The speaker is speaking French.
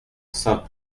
saint